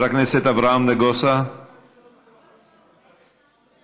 שלוש דקות, אדוני.